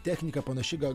technika panaši gal